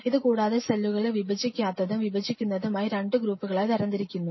ഇത് കൂടാതെ സെല്ലുകളെ വിഭജിക്കാത്തതും വിഭജിക്കുന്നതും ആയി രണ്ട് ഗ്രൂപ്പുകളായി തരംതിരിക്കുന്നു